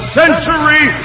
century